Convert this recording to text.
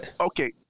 Okay